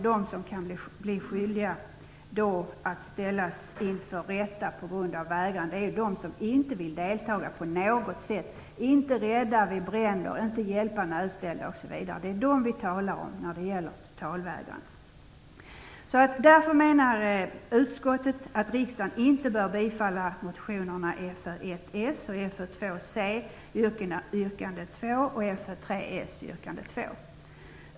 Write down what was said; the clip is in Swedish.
De som kan ställas inför rätta på grund av vägran är de som inte vill delta på något sätt, inte delta vid bränder, inte hjälpa nödställda osv. Det är dessa vapenfria som vi talar om när det gäller totalvägran. Därför anser utskottet att riksdagen inte bör bifalla motionerna Fö1, s, Fö2, c, yrkande 2, och Fö3, s, yrkande 2.